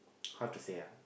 how to say ah